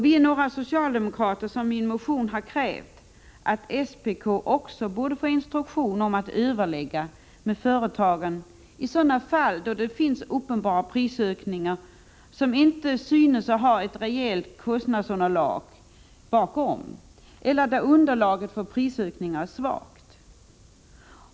Vi är några socialdemokrater som i en motion har krävt att SPK också bör få instruktion om att överlägga med företagen i sådana fall då det uppenbaras prisökningar som inte synes rejält kostnadsrelaterade eller där underlaget för dem är svagt.